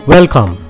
Welcome